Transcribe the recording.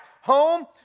home